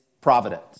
providence